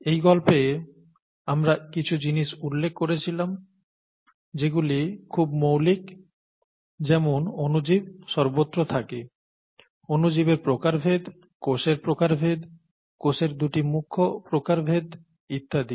এই গল্পে আমরা কিছু জিনিস উল্লেখ করেছিলাম যেগুলি খুব মৌলিক যেমন অণুজীব সর্বত্র থাকে অনুজীবের প্রকারভেদ কোষের প্রকারভেদ কোষের দুটি মুখ্য প্রকারভেদ ইত্যাদি